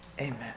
Amen